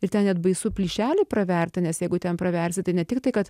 ir ten net baisu plyšelį praverti nes jeigu ten praversi tai ne tiktai kad